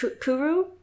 Kuru